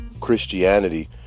Christianity